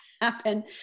happen